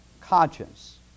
conscience